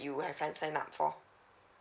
you have signed up for